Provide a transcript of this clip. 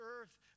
earth